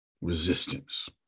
resistance